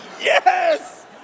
yes